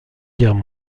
guerre